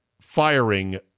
firing